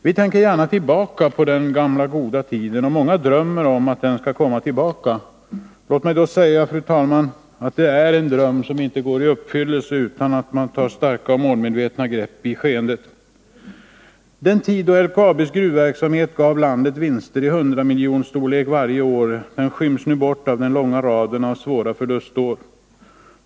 Vi tänker gärna tillbaka på den ”gamla goda tiden”, och många drömmer om att den tiden skall komma tillbaka. Låt mig säga, fru talman, att detta är en dröm som inte går i uppfyllelse — vi får inte sådana tider utan att man tar starka och målmedvetna grepp i skeendet. Den tid då LKAB:s gruvverksamhet gav landet vinster i hundramiljonsstorlek varje år skyms nu av den långa raden av svåra förlustår.